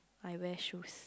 I wear shorts